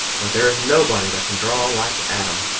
but there is nobody that can draw like adam.